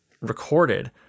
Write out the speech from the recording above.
recorded